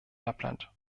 lappland